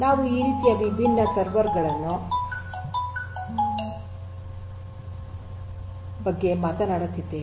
ನಾವು ಈ ರೀತಿಯ ವಿಭಿನ್ನ ಸರ್ವರ್ ಗಳ ಬಗ್ಗೆ ಮಾತನಾಡುತ್ತಿದ್ದೇವೆ